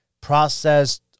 Processed